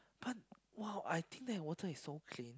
but !wow! I think that water is so clean